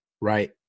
right